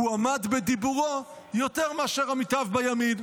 "הוא עמד בדיבורו יותר מאשר עמיתיו בימין,